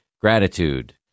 gratitude